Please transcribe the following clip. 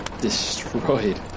Destroyed